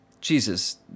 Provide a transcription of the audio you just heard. Jesus